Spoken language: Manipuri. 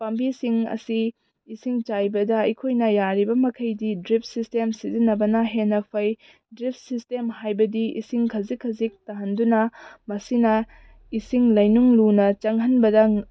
ꯄꯥꯝꯕꯤꯁꯤꯡ ꯑꯁꯤ ꯏꯁꯤꯡ ꯆꯥꯏꯕꯗ ꯑꯩꯈꯣꯏꯅ ꯌꯥꯔꯤꯕ ꯃꯈꯩꯗꯤ ꯗ꯭ꯔꯤꯞ ꯁꯤꯁꯇꯦꯝ ꯁꯤꯖꯤꯟꯅꯕꯅ ꯍꯦꯟꯅ ꯐꯩ ꯗ꯭ꯔꯤꯞ ꯁꯤꯁꯇꯦꯝ ꯍꯥꯏꯕꯗꯤ ꯏꯁꯤꯡ ꯈꯖꯤꯛ ꯈꯖꯤꯛ ꯇꯥꯍꯟꯗꯨꯅ ꯃꯁꯤꯅ ꯏꯁꯤꯡ ꯂꯩꯅꯨꯡ ꯂꯨꯅ ꯆꯪꯍꯟꯕꯗ